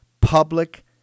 Public